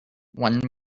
one